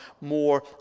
more